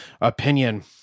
opinion